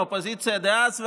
האופוזיציה דאז,